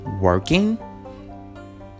working